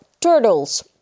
turtles